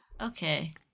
Okay